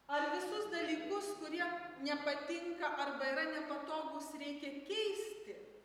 ar visus dalykus kurie nepatinka arba yra nepatogūs reikia keisti